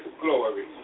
glory